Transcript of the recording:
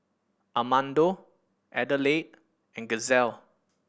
Amado Adelaide and Giselle